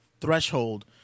threshold